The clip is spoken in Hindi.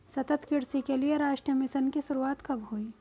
सतत कृषि के लिए राष्ट्रीय मिशन की शुरुआत कब हुई?